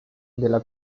della